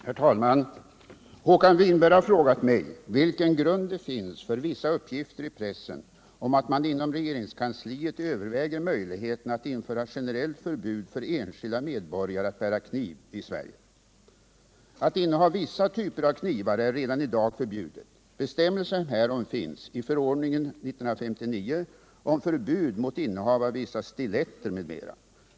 Herr talman! Håkan Winberg har frågat mig vilken grund det finns för vissa uppgifter i pressen om att man inom regeringskansliet överväger möjligheterna att införa generellt förbud för enskilda medborgare att bära kniv i Sverige. Att inneha vissa typer av knivar är redan i dag förbjudet. Bestämmelserna härom finns i förordningen om förbud mot innehav av vissa stiletter m.m.